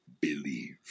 believe